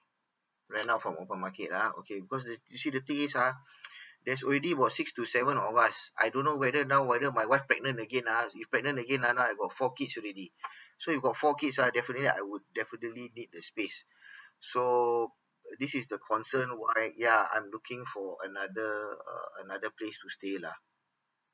rent out from open market ah okay because the you see the thing is ah there's already was six to seven of us I don't know whether now whether my wife pregnant again ah if pregnant again ah now I have four kids already so you got four kids ah definitely I would definitely need the space so this is the concern why ya I'm looking for another uh another place to stay lah